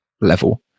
level